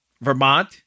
Vermont